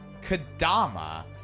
Kadama